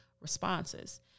responses